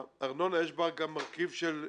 הארנונה יש בה גם מרכיב של שוויוניות,